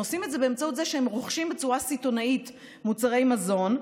הם עושים את זה באמצעות זה שהם רוכשים בצורה סיטונאית מוצרי מזון,